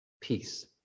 peace